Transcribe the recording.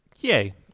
Yay